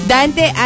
Dante